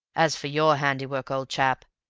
as for your handiwork, old chap,